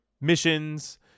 missions